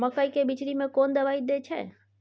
मकई के बिचरी में कोन दवाई दे छै?